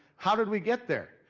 how did we get there?